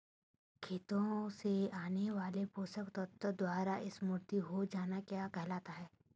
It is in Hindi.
खेतों से आने वाले पोषक तत्वों द्वारा समृद्धि हो जाना क्या कहलाता है?